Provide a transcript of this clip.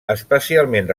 especialment